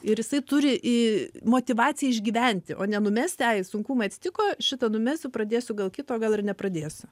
ir jisai turi motyvaciją išgyventi o ne numesti ai sunkumai atsitiko šitą numesiu pradėsiu gal kito gal ir nepradėsiu